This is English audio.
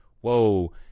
whoa